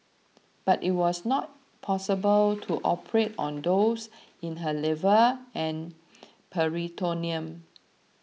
but it was not possible to operate on those in her liver and peritoneum